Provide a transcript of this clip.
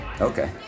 Okay